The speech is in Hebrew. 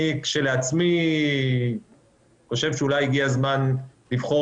אני כשלעצמי חושב שאולי הגיע הזמן לבחור